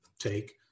take